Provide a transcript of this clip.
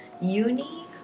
Uni